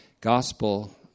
gospel